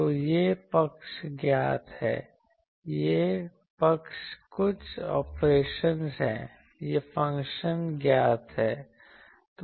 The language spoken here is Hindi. तो यह पक्ष ज्ञात है यह पक्ष कुछ ऑपरेशन है यह फ़ंक्शन ज्ञात है